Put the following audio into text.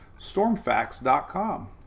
Stormfacts.com